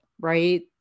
right